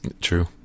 true